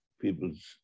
People's